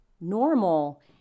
Normal